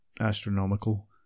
astronomical